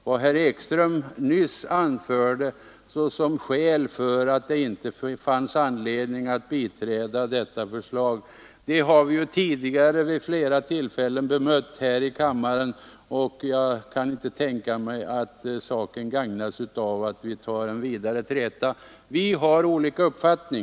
Vad herr Ekström nyss anförde såsom skäl för att inte biträda detta förslag har vi vid flera tidigare tillfällen bemött här i kammaren, och jag kan inte tänka mig att saken gagnas av att vi tar upp vidare träta. Vi har olika uppfattning.